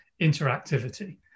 interactivity